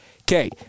Okay